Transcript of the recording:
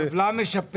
כבוד היושב ראש, רק משהו